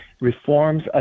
reforms